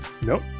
Nope